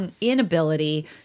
inability